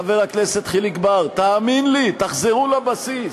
חבר הכנסת חיליק בר, תאמין לי, תחזרו לבסיס.